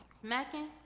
Smacking